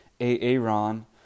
Aaron